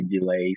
delays